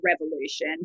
revolution